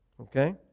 Okay